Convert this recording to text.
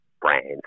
brands